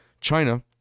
China